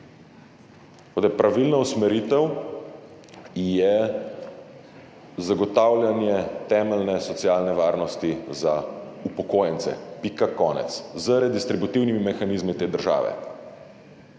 pravilna usmeritev je zagotavljanje temeljne socialne varnosti za upokojence. Pika, konec. Z redistributivnimi mehanizmi te države.